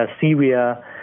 Syria